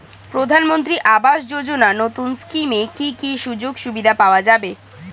প্রধানমন্ত্রী আবাস যোজনা নতুন স্কিমে কি কি সুযোগ সুবিধা পাওয়া যাবে?